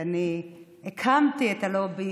אני הקמתי את הלובי